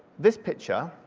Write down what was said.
this picture